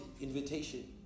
Invitation